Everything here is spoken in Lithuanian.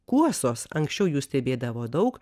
kuosos anksčiau jų stebėdavo daug